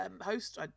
host